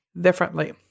differently